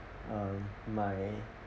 uh my